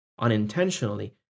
unintentionally